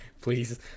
Please